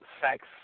sex